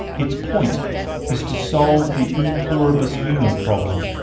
its point is to solve the e pluribus unum problem.